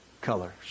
colors